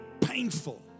painful